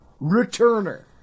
Returner